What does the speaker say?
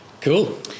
Cool